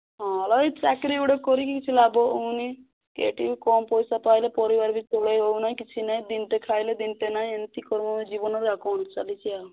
ହଁ ରହିଛି ଚାକିରି ଗୋଟେ କରିକି କିଛି ଲାଭ ହଉନି କି ଏଠି କମ୍ ପଇସା ପାଇଲେ ପରିବାର ବି ଚଳେଇ ହେଉନି କିଛି ନାହିଁ ଦିନଟେ ଖାଇଲେ ଦିନଟେ ନାହିଁ ଏମିତି କ'ଣ ଜୀବନ ଆଉ କ'ଣ ଚାଲିଛି ଆଉ